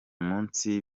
munsi